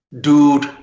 dude